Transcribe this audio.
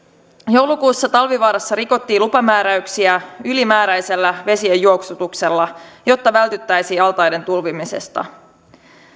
joulukuussa talvivaarassa rikottiin lupamääräyksiä ylimääräisellä vesien juoksutuksella jotta vältyttäisiin altaiden tulvimiselta